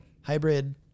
hybrid